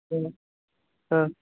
অঁ